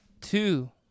two